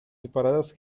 separadas